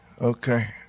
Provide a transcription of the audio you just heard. okay